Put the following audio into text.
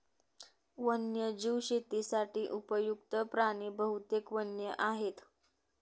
वन्यजीव शेतीसाठी उपयुक्त्त प्राणी बहुतेक वन्य आहेत